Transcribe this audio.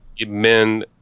men